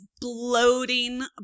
bloating